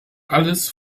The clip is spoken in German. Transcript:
alles